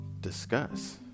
discuss